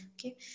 Okay